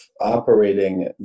operating